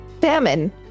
Famine